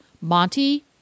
Monty